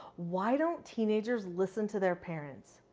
why don't teenagers listen to their parents?